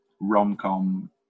rom-com